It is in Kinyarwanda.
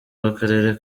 w’akarere